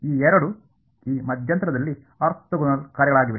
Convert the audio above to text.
ಈ ಎರಡು ಈ ಮಧ್ಯಂತರದಲ್ಲಿ ಆರ್ಥೋಗೋನಲ್ ಕಾರ್ಯಗಳಾಗಿವೆ